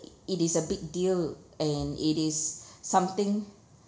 it is a big deal and it is something